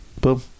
Boom